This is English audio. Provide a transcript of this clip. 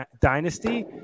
dynasty